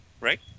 right